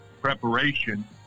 preparation